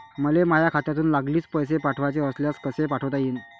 मले माह्या खात्यातून लागलीच पैसे पाठवाचे असल्यास कसे पाठोता यीन?